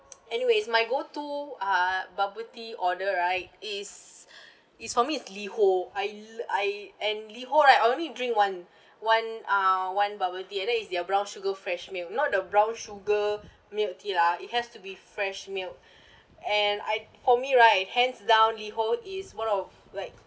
anyways my go to uh bubble tea order right is is for me is LiHO I I and LiHO right I only drink one one uh one bubble tea and that is their brown sugar fresh milk not the brown sugar milk tea lah it has to be fresh milk and I for me right hands down LiHO is one of like